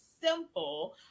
simple